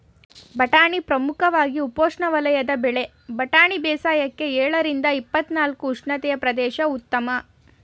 ಬಟಾಣಿ ಪ್ರಮುಖವಾಗಿ ಉಪೋಷ್ಣವಲಯದ ಬೆಳೆ ಬಟಾಣಿ ಬೇಸಾಯಕ್ಕೆ ಎಳರಿಂದ ಇಪ್ಪತ್ನಾಲ್ಕು ಅ ಉಷ್ಣತೆಯ ಪ್ರದೇಶ ಉತ್ತಮ